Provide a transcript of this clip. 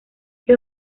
este